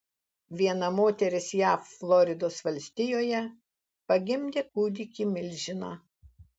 viena moteris jav floridos valstijoje pagimdė kūdikį milžiną